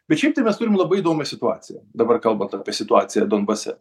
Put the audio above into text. bet šiaip tai mes turim labai įdomią situaciją dabar kalbant apie situaciją donbase